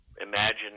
imagine